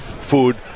food